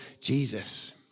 Jesus